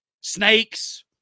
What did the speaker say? snakes